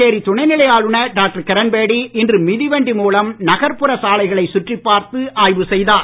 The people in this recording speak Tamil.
புதுச்சேரி துணைநிலை ஆளுநர் டாக்டர் கிரண் பேடி இன்று மிதிவண்டி மூலம் நகர்ப்புற சாலைகளை சுற்றிப் பார்த்து ஆய்வு செய்தார்